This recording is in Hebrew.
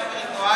מה זה ייטיב?